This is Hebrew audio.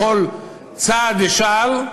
בכל צעד ושעל,